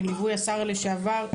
בליווי השר לשעבר,